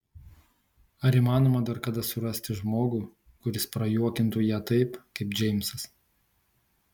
ar įmanoma dar kada surasti žmogų kuris prajuokintų ją taip kaip džeimsas